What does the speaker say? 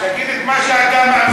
תגיד את מה שאתה מרגיש.